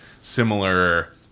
similar